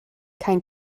kein